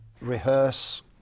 rehearse